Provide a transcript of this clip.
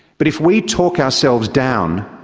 but if we talk ourselves down,